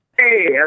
Hey